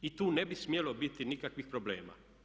I tu ne bi smjelo biti nikakvih problema.